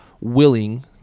willing